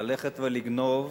ללכת ולגנוב